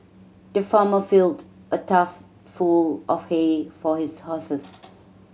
the farmer filled a tough full of hay for his horses